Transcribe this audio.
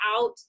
out